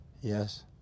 Yes